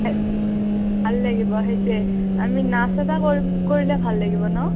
ভাল লাগিব সেইটোৱে আমি নাচ এটা কৰি কৰিলে ভাল লাগিব ন